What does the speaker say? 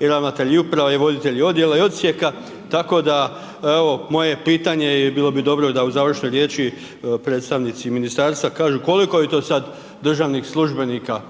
i ravnatelji uprava i voditelji odjela i odsjeka tako da evo, moje pitanje i bilo bi dobro da u završnoj riječi predstavnici ministarstva kažu koliko je to sad državnih službenika